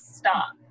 stop